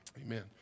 amen